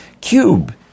cube